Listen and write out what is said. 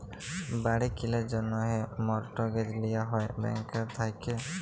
বাড়ি কিলার জ্যনহে মর্টগেজ লিয়া হ্যয় ব্যাংকের থ্যাইকে